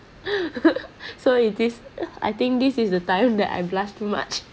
so it is I think this is the time that I blush too much